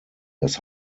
das